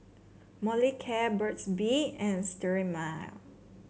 Molicare Burt's Bee and Sterimar